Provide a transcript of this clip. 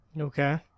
Okay